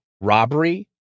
robbery